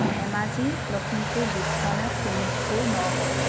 Dhemaji Lakhimpur Biswanath Sonitpur Nagaon